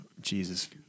Jesus